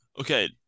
Okay